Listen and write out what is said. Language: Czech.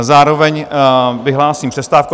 Zároveň vyhlásím přestávku.